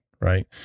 Right